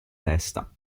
testa